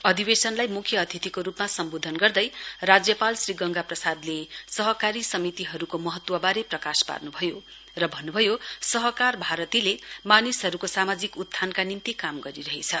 अधिवेशनलाई म्ख्य अतिथिको रूपमा सम्बोधन गर्दै राज्यपाल श्री गंगा प्रसादले सहकारी सिमितिहरूको महत्वबारे प्रकाश पार्नुभयो र भन्नुभयो सहकार भारतीले मानिसहरूको सामाजिक उत्थानका निम्ति काम गरिरहेछ